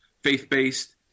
faith-based